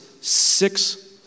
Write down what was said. six